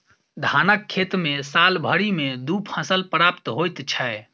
धानक खेत मे साल भरि मे दू फसल प्राप्त होइत छै